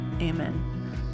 amen